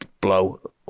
blow